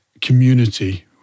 community